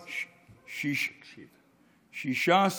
לא.